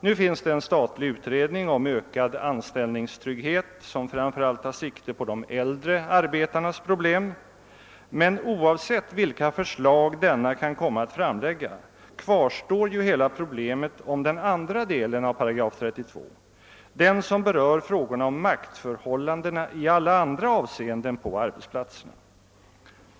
Nu finns det en statlig utredning om ökad anställningstrygghet som framför allt tar sikte på de äldre arbetarnas problem, men oavsett vilka förslag denna kan komma att framlägga kvarstår ju hela problemet om den andra delen av 8 32, den som berör frågorna om maktförhållandena.